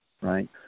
right